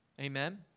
Amen